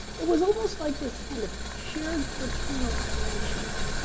it was almost like this kind of shared fraternal handshake.